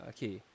Okay